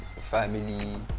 family